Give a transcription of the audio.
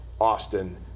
Austin